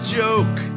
joke